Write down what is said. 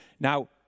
Now